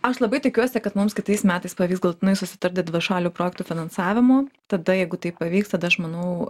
aš labai tikiuosi kad mums kitais metais pavyks galutinai susitart dėl dvišalių projektų finansavimo tada jeigu tai pavyks tada aš manau